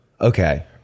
Okay